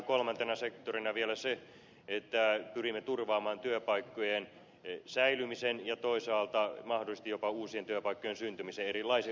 kolmantena sektorina on vielä se että pyrimme turvaamaan työpaikkojen säilymisen ja toisaalta mahdollisesti jopa uusien työpaikkojen syntymisen erilaisten yritysrahoitusratkaisujen ynnä muuta